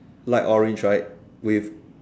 light orange right with